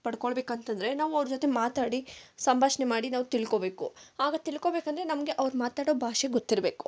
ಪಡ್ಕೊಳ್ಬೇಕೆಂತಂದ್ರೆ ನಾವು ಅವ್ರ ಜೊತೆ ಮಾತಾಡಿ ಸಂಭಾಷಣೆ ಮಾಡಿ ನಾವು ತಿಳ್ಕೊಳ್ಬೇಕು ಆಗ ತಿಳ್ಕೊಳ್ಬೇಕಂದ್ರೆ ನಮಗೆ ಅವ್ರು ಮಾತಾಡೋ ಭಾಷೆ ಗೊತ್ತಿರಬೇಕು